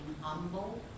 humble